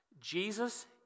Jesus